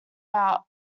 out